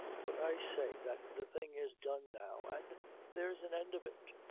but i say that the thing is done now and there's an end of it,